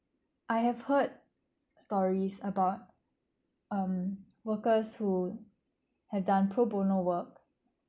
I have heard stories about um workers who had done pro bono work